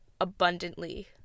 abundantly